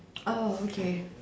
oh okay